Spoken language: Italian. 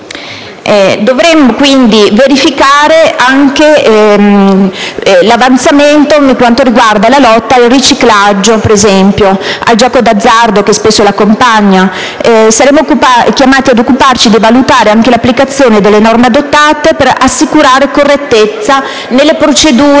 Dovremo quindi verificare anche l'avanzamento per quanto riguarda la lotta al riciclaggio e al gioco d'azzardo che spesso l'accompagna. Saremo chiamati anche a valutare l'applicazione delle norme adottate per assicurare correttezza nelle procedure